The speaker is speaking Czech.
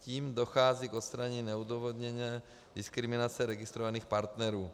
Tím dochází k odstranění neodůvodněné diskriminace registrovaných partnerů.